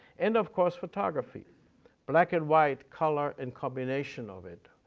and, of course, photography black and white, color, and combination of it,